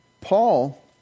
Paul